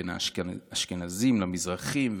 בין האשכנזים למזרחים,